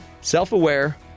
Self-aware